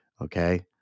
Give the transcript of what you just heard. Okay